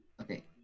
okay